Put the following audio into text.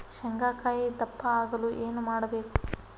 ಶೇಂಗಾಕಾಯಿ ದಪ್ಪ ಆಗಲು ಏನು ಮಾಡಬೇಕು?